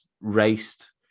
raced